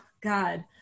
God